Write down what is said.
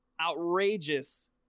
outrageous